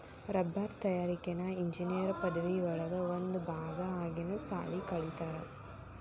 ರಬ್ಬರ ತಯಾರಿಕೆನ ಇಂಜಿನಿಯರ್ ಪದವಿ ಒಳಗ ಒಂದ ಭಾಗಾ ಆಗಿನು ಸಾಲಿ ಕಲಿತಾರ